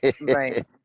Right